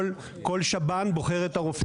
כל שב"ן בוחר את הרופאים שלו.